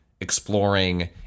exploring